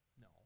No